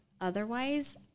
otherwise